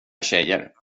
tjejer